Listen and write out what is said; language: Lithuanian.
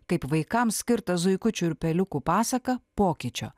kaip vaikams skirtą zuikučių ir peliukų pasaką pokyčio